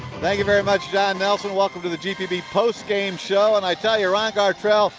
thank you very much, jon nelson. welcome to the gpb postgame show. and i tell you, ron gartrell,